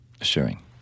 assuring